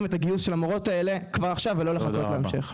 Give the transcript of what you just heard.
את הגיוס של המורות האלה במקום לחכות להמשך.